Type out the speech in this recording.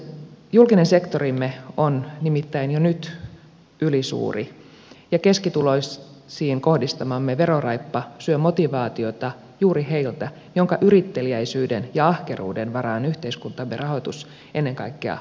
julkinen sektorimme on nimittäin jo nyt ylisuuri ja keskituloisiin kohdistamamme veroraippa syö motivaatiota juuri heiltä joiden yritteliäisyyden ja ahkeruuden varaan yhteiskuntamme rahoitus ennen kaikkea rakentuu